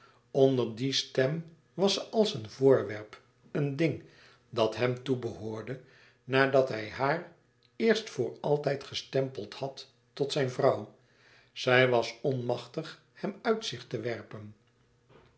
onder die stem was ze als een voorwerp een ding dat hem toebehoorde nadat hij haar eerst voor altijd gestempeld had tot zijn vrouw zij was onmachtig hem uit zich te werpen